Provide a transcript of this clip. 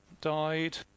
died